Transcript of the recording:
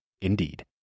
Indeed